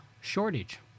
shortage